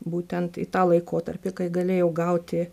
būtent į tą laikotarpį kai galėjau gauti